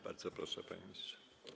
Bardzo proszę, panie ministrze.